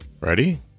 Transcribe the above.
Ready